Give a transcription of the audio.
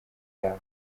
yabo